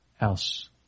else